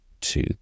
two